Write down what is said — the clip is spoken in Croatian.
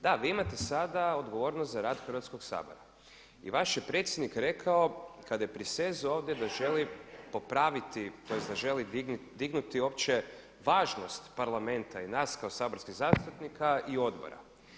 Da, vi imate sada odgovornost za rad Hrvatskog sabora i vaš je predsjednik rekao kada je prisezao ovdje da želi popraviti, tj. da želi dignuti uopće važnost parlamenta i nas kao saborskih zastupnika i odbora.